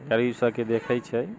गरीब सबके देखे छै